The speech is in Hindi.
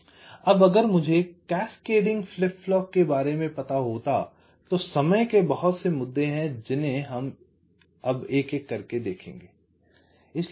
अब अगर मुझे कैस्केडिंग फ्लिप फ्लॉप के बारे में पता होता तो समय के बहुत से मुद्दे हैं जिन्हें हम अब एक एक करके देखेंगे